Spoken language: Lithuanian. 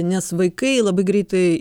nes vaikai labai greitai